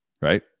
right